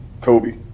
kobe